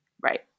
Right